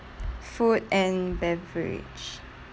food and beverage